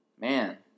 Man